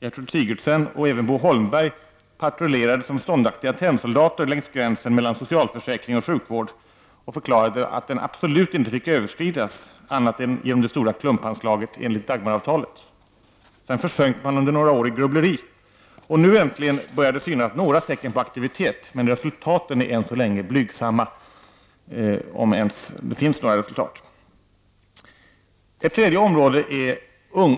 Gertrud Sigurdsen och även Bo Holmberg patrullerade som ståndaktiga tennsoldater längs gränsen mellan socialförsäkring och sjukvård och förklarade att den absolut inte fick överskridas annat än genom det stora klumpanslaget enligt Dagmar-avtalet. Sedan försjönk man under några år i grubbleri, och nu äntligen börjar det synas några tecken på aktivitet, även om resultaten än så länge är mycket blygsamma. 3. Ett tredje område är